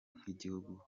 nk’igihugu